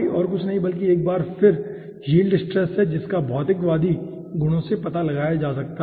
और कुछ नहीं बल्कि एक बार फिर यील्ड स्ट्रेस है जिसका भौतिकवादी गुणों से पता लगाया जा सकता है